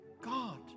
God